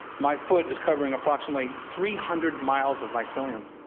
my foot is covering approximately three hundred miles of mycelium.